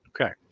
Okay